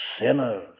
sinners